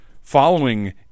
following